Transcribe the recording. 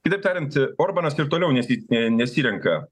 kitaip tariant organas ir toliau nesi a nesirenka